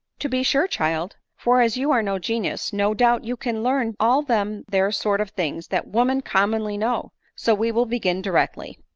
to be sure, child for, as you are no genius, no doubt you can learn all them there sort of things that women commonly know so we will begin directly.